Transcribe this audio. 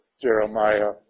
Jeremiah